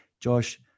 Josh